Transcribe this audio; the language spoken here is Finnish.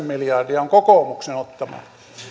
miljardia on kokoomuksen ottamaa